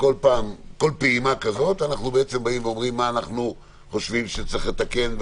בכל פעימה כזו אנחנו באים ואומרים מה שאנחנו חושבים שצריך לתקן,